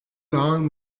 long